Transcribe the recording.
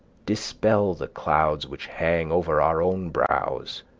dispel the clouds which hang over our own brows,